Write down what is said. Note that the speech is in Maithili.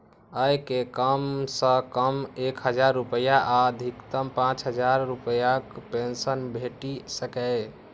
अय मे कम सं कम एक हजार रुपैया आ अधिकतम पांच हजार रुपैयाक पेंशन भेटि सकैए